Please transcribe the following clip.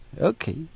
Okay